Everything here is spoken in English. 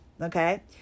Okay